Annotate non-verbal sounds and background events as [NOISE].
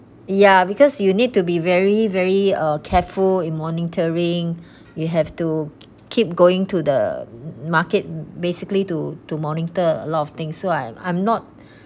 ya because you need to be very very uh careful in monitoring you have to keep going to the market basically to to monitor a lot of things so I'm I'm not [BREATH]